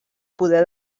poder